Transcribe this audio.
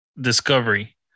discovery